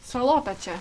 salota čia